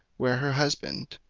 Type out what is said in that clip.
where her husband,